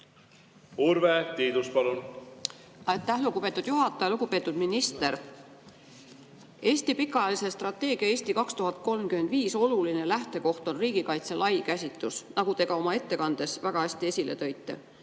Urve Tiidus, palun! Aitäh, lugupeetud juhataja! Lugupeetud minister! Eesti pikaajalise strateegia "Eesti 2035" oluline lähtekoht on riigikaitse lai käsitus, nagu te ka oma ettekandes väga hästi esile tõite.